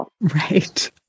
Right